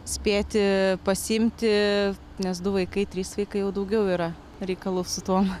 spėti pasiimti nes du vaikai trys vaikai jau daugiau yra reikalų su tuo